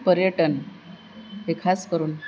पर्यटन हे खास करून